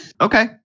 Okay